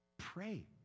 pray